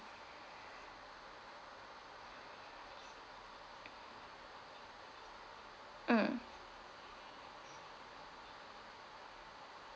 mm